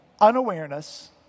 unawareness